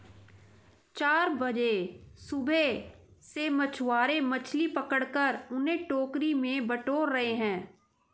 चार बजे सुबह से मछुआरे मछली पकड़कर उन्हें टोकरी में बटोर रहे हैं